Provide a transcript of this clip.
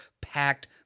packed